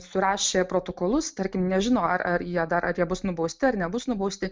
surašė protokolus tarkim nežinau ar ar jie dar ar jie bus nubausti ar nebus nubausti